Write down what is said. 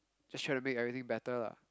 just try to make everything better lah